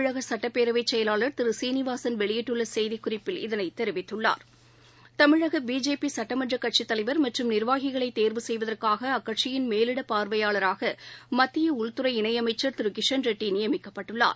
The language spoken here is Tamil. தமிழகசுட்டப்பேரவைசெயலாளர் திருசீனிவாசன் வெளியிட்டுள்ளசெய்திக்குறிப்பில் இதனைத் தெரிவித்தள்ளார் தமிழகபிஜேபிசட்டமன்றக் கட்சித்தலைவர் மற்றும் நிர்வாகிகளைதேர்வு செய்வதற்காகஅக்கட்சியின் மேலிடப் பார்வையாளராகமத்தியஉள்துறை இணையமைச்சர் திருகிஷண்ரெட்டிநியமிக்கப்பட்டுள்ளார்